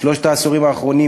בשלושת העשורים האחרונים,